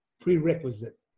prerequisite